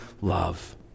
love